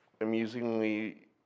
amusingly